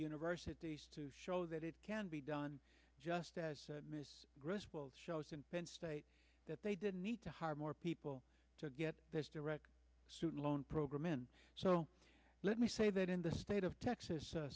universities to show that it can be done just as miss griswold shows in penn state that they didn't need to hire more people to get this direct student loan program in so let me say that in the state of texas